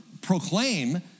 proclaim